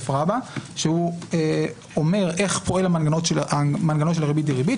והוא אומר איך פועל המנגנון של הריבית דריבית,